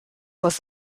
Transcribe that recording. was